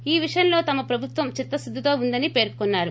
ఈ విషయంలో తమ ప్రభుత్వం చిత్తశుద్దితో ఉందని పేర్కొన్నారు